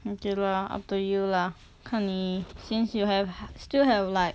okay lah up to you lah 看你 since you have still have like